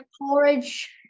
porridge